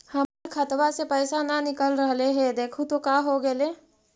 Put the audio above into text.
हमर खतवा से पैसा न निकल रहले हे देखु तो का होगेले?